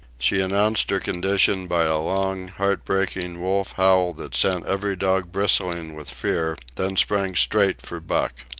she announced her condition by a long, heartbreaking wolf howl that sent every dog bristling with fear, then sprang straight for buck.